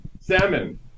Salmon